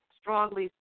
strongly